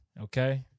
okay